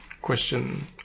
question